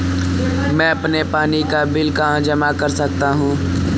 मैं अपने पानी का बिल कहाँ जमा कर सकता हूँ?